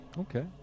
Okay